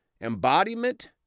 embodiment